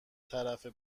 طرفه